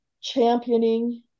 championing